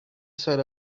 side